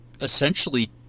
essentially